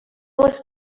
was